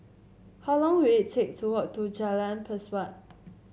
how long will it take to walk to Jalan Pesawat